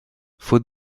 faute